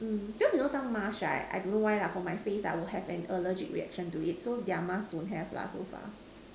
mm cause you know some mask right I don't know why lah for my face ah will have an allergic reaction to it so their mask don't have lah so far